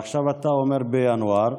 עכשיו אתה אומר: בינואר.